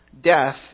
death